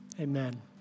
amen